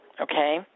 okay